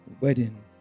wedding